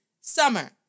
summer